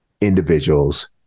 individuals